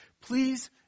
please